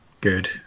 Good